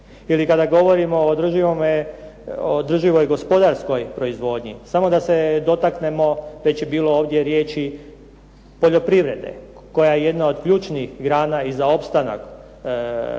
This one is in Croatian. ili kada govorimo o održivoj gospodarskoj proizvodnji. Samo da se dotaknemo već je bilo ovdje riječi poljoprivrede koja je jedna od ključnih grana i za opstanak našega naroda.